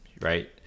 right